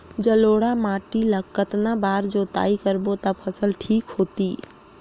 जलोढ़ माटी ला कतना बार जुताई करबो ता फसल ठीक होती?